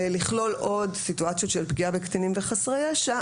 מוצע לכלול עוד סיטואציות של פגיעה בקטינים ובחסרי ישע,